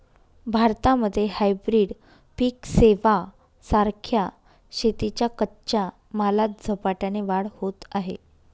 भारतामध्ये हायब्रीड पिक सेवां सारख्या शेतीच्या कच्च्या मालात झपाट्याने वाढ होत आहे